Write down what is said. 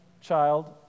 child